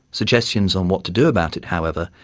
suggestions on what to do about it, however,